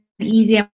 easy